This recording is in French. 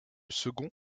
second